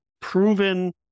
proven